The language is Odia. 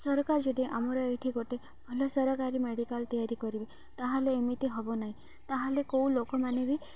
ସରକାର ଯଦି ଆମର ଏଇଠି ଗୋଟେ ଭଲ ସରକାରୀ ମେଡ଼ିକାଲ ତିଆରି କରିବେ ତାହେଲେ ଏମିତି ହେବ ନାହିଁ ତାହେଲେ କେଉଁ ଲୋକମାନେ ବି